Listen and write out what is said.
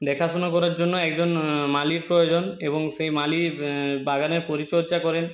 দেখাশোনা করার জন্য একজন মালির প্রয়োজন এবং সেই মালি বাগানের পরিচর্যা করেন